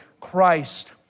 christ